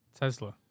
Tesla